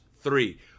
three